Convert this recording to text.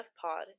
pod